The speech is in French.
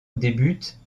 débute